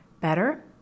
better